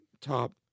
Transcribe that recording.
top